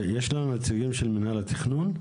יש לנו נציגים של מינהל התכנון?